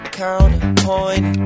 counterpoint